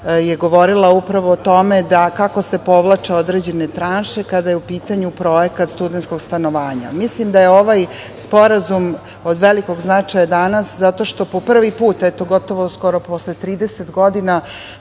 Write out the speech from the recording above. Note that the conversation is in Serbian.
je govorila upravo o tome da kako se povlače određene tranše kada je u pitanju projekat studentskog stanovanja. Mislim da je ovaj sporazum od velikog značaja danas zato što po prvi put, eto gotovo skoro posle 30 godina,